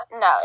No